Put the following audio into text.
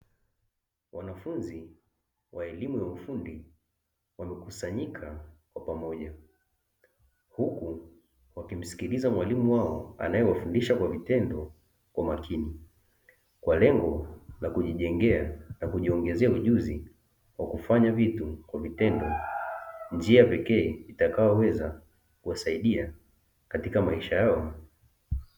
Wanafunzi wa elimu ya ufundi wamekusanyika pamoja, huku wakimsikiliza mwalimu wao anayewafundisha kwa vitendo kwa makini, kwa lengo la kujijengea na kujiongezea ujuzi wa kufanya vitu kwa vitendo. Njia pekee itakayoweza kuwasaidia katika maisha yao.